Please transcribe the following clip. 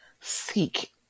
seek